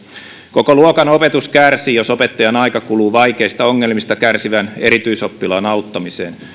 koko luokan opetus kärsii jos opettajan aika kuluu vaikeista ongelmista kärsivän erityisoppilaan auttamiseen